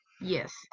Yes